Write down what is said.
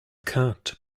cart